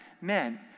men